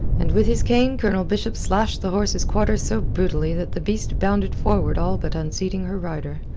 and with his cane colonel bishop slashed the horse's quarters so brutally that the beast bounded forward all but unseating her rider.